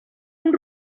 amb